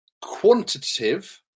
quantitative